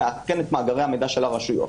שמעדכן את מאגרי המידע של הרשויות.